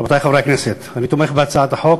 רבותי חברי הכנסת, אני תומך בהצעת החוק.